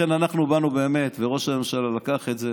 לכן אנחנו באנו באמת וראש הממשלה לקח את זה